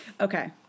Okay